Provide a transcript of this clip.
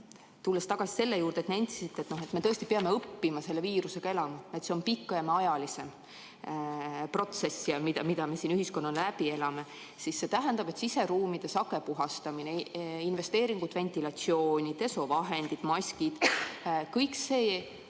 tulen tagasi selle juurde, et sa nentisid, et me tõesti peame õppima selle viirusega elama, et see on pikemaajalisem protsess, mida me siin ühiskonnana läbi elame. See tähendab, et siseruumide sage puhastamine, investeeringud ventilatsiooni- ja pesuvahenditesse, maskid – kõik see